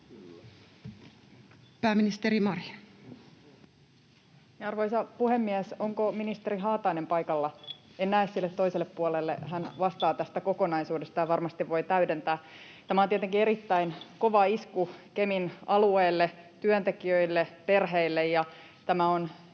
Pääministeri Marin. Arvoisa puhemies! Onko ministeri Haatainen paikalla? En näe sille toiselle puolelle. Hän vastaa tästä kokonaisuudesta ja varmasti voi täydentää. Tämä on tietenkin erittäin kova isku Kemin alueelle, työntekijöille ja perheille, ja tämä on